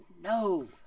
no